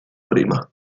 prima